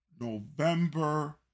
November